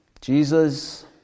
Jesus